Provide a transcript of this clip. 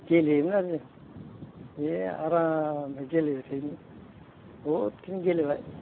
गेलेयोमोन आरो जों जे आरामै गेलेबाय थायोमोन बहुद खिनि गेलेबाय